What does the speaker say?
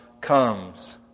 comes